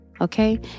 okay